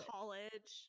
College